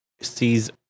sees